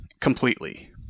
completely